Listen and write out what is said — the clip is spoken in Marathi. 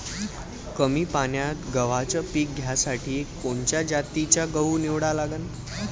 कमी पान्यात गव्हाचं पीक घ्यासाठी कोनच्या जातीचा गहू निवडा लागन?